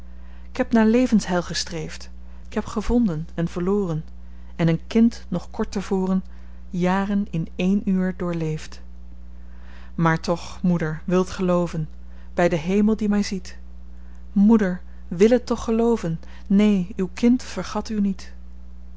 k heb naar levensheil gestreefd k heb gevonden en verloren en een kind nog kort te voren jaren in één uur doorleefd maar toch moeder wil t gelooven by den hemel die my ziet moeder wil het toch gelooven neen uw kind vergat u niet